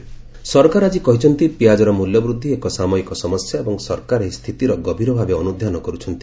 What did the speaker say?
ଗଭ୍ onion price ସରକାର ଆଜି କହିଛନ୍ତି ପିଆଜର ମୂଲ୍ୟବୃଦ୍ଧି ଏକ ସାମୟିକ ସମସ୍ୟା ଏବଂ ସରକାର ଏହି ସ୍ଥିତିର ଗଭୀର ଭାବେ ଅନୁଧ୍ୟାନ କରୁଛନ୍ତି